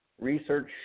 research